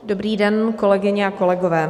Dobrý den, kolegyně a kolegové.